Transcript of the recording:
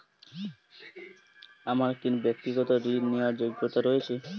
আমার কী ব্যাক্তিগত ঋণ নেওয়ার যোগ্যতা রয়েছে?